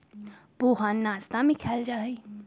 पोहा नाश्ता में खायल जाहई